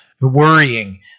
Worrying